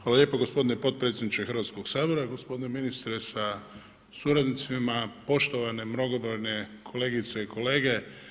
Hvala lijepo gospodine podpredsjedniče Hrvatskog sabora, gospodine ministre sa suradnicima, poštovane mnogobrojne kolegice i kolege.